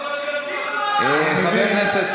חבר הכנסת,